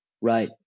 right